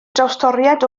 drawstoriad